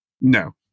No